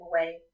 away